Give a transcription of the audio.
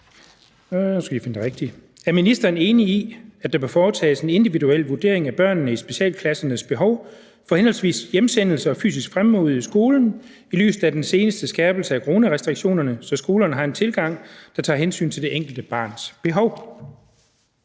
Er ministeren enig i, at der bør foretages en individuel vurdering af børnene i specialklassernes behov for henholdsvis hjemsendelse og fysisk fremmøde i skolen i lyset af den seneste skærpelse af coronarestriktionerne, så skolerne har en tilgang, der tager hensyn til det enkelte barns behov?